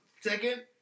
second